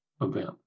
event